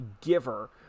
giver